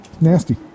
nasty